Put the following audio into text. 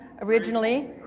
originally